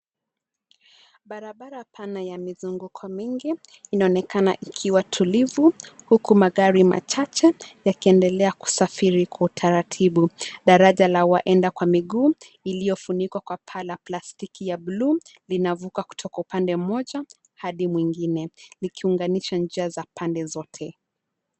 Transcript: Barabara pana ya mizunguko mingi inaonekana ikiwa tulivu huku magari machahe yakiendelea kusafiri kwa utaratibu. Daraja la waenda kwa miguu iliyo funikwa kwa paa la plastiki ya bluu linavuka kutoka upande mmoja hadi mwingine likiunganisha njia za pande zote.